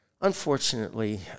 unfortunately